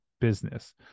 business